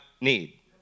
need